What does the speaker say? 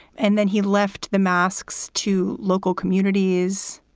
and then he left the masks to local communities.